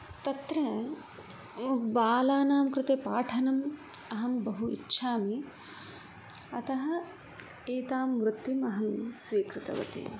तत्र बालानां कृते पाठनं अहं बहु इच्छामि अतः एतां वृत्तिमहं स्वीकृतवती